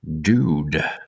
Dude